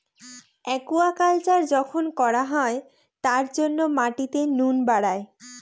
aquaculture যখন করা হয় তার জন্য মাটিতে নুন বাড়ায়